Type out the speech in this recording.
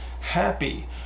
Happy